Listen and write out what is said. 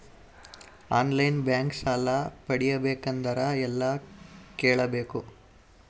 On line bank ಸಾಲ ಪಡಿಬೇಕಂದರ ಎಲ್ಲ ಕೇಳಬೇಕು?